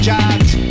Jobs